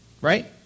Right